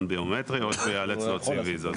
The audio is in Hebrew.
ביומטרי או שהוא ייאלץ להוציא ויזה.